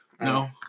No